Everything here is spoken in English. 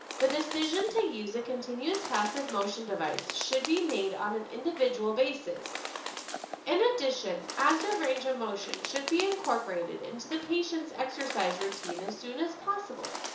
the decision to use a continuous passive motion device should be made on an individual basis in addition, active range of motion should be incorporated into the patient's exercise routine as soon as possible.